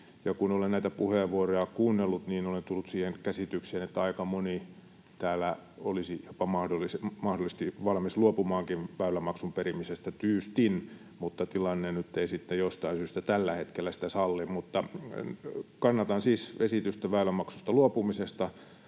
Kun olen näitä puheenvuoroja kuunnellut, niin olen tullut siihen käsitykseen, että aika moni täällä olisi mahdollisesti valmis jopa luopumaan väylämaksun perimisestä tyystin, mutta tilanne nyt ei sitten jostain syystä tällä hetkellä sitä salli. Mutta kannatan siis esitystä väylämaksusta luopumisesta.